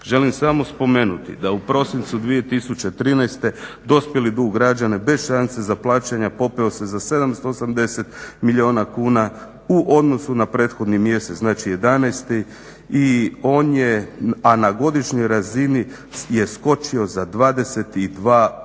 Želim samo spomenuti da u prosincu 2013.dospjeli dug građana bez šanse za plaćanja popeo se za 780 milijuna kuna u odnosu na prethodni mjesec, znači 11.i on je na godišnjoj razini je skočio za 22%.